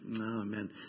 Amen